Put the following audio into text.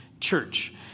church